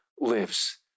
lives